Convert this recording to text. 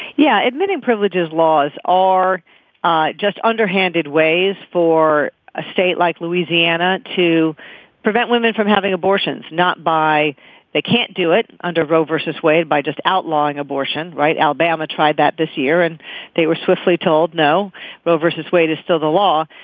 yeah admitting privileges laws are ah just underhanded ways for a state like louisiana to prevent women from having abortions not by they can't do it under roe versus wade by just outlawing abortion. right. alabama tried that this year and they were swiftly told no roe vs. wade is still the law.